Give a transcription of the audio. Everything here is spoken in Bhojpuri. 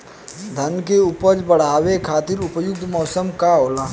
धान के उपज बढ़ावे खातिर उपयुक्त मौसम का होला?